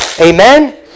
Amen